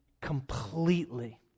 completely